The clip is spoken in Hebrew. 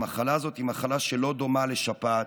המחלה הזאת היא מחלה שלא דומה לשפעת.